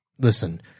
Listen